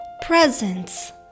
Presents